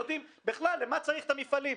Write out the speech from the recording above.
בכלל, לשם מה צריך את המפעלים?